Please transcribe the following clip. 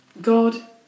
God